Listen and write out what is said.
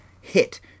hit